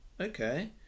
okay